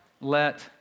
let